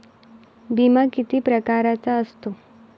बिमा किती परकारचा असतो?